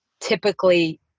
Typically